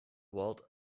world